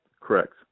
Correct